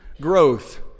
growth